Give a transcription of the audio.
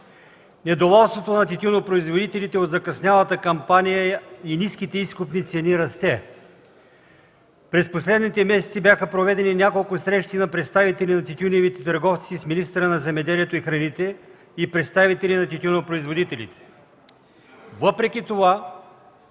Недоволството на тютюнопроизводителите от закъснялата кампания и ниските изкупни цени расте. През последните месеци бяха проведени няколко срещи на представителите на тютюневите търговци с министъра на земеделието и храните и представителите на тютюнопроизводителите. Въпреки това